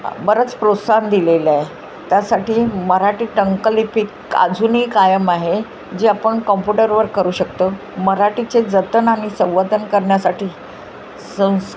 बरंच प्रोत्साहन दिलेलं आहे त्यासाठी मराठी टंकलिपिक अजूनही कायम आहे जे आपण कोम्प्युटरवर करू शकतो मराठीचे जतन आणि संवर्धन करण्यासाठी संस